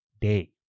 day